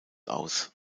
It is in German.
aus